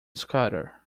scatter